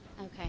Okay